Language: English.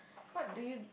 what do you